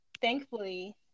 thankfully